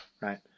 right